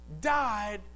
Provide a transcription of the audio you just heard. died